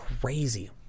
crazy